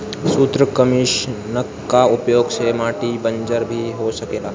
सूत्रकृमिनाशक कअ उपयोग से माटी बंजर भी हो सकेला